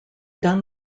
done